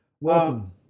Welcome